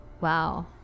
Wow